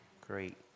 Great